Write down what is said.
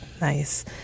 Nice